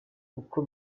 uko